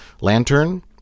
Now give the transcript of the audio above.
lantern